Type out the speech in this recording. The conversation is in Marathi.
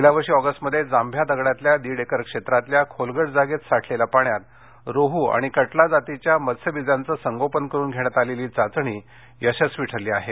गेल्यावर्षी ऑगस्टमध्ये जांभ्या दगडातल्या दीड एकर क्षेत्रातल्या खोलगट जागेत साठलेल्या पाण्यात रोह आणि कटला जातीच्या मत्स्यबीजांचं संगोपन करून घेण्यात आलेली चाचणी यशस्वी ठरली आहे